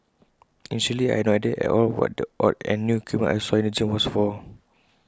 initially I had no idea at all what the odd and new equipment I saw in the gym was for